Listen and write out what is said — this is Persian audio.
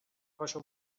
پاشو